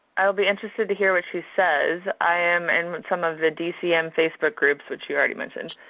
i will be interested to hear what she says. i am in some of the dcm facebook groups, which you already mentioned,